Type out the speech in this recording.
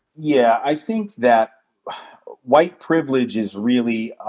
yeah, i think that white privilege is really